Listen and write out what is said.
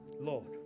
Lord